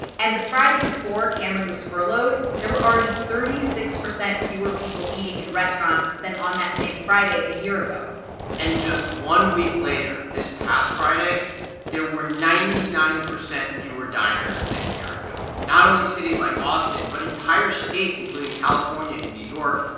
and the friday before cameron was furloughed, there were already thirty six percent fewer people eating in restaurants than on that same friday a year ago and just one week later this past friday there were ninety nine percent fewer diners than a year ago. not only cities like austin, but entire states, including california and new york,